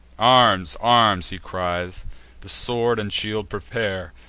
arms! arms! he cries the sword and shield prepare,